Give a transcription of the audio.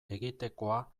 egitekoa